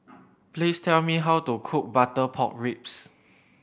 please tell me how to cook butter pork ribs